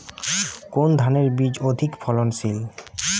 কোন ধানের বীজ অধিক ফলনশীল?